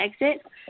Exit